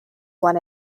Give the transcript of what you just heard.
one